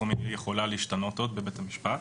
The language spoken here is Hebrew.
מינהלי יכולה להשתנות עוד בבית המשפט.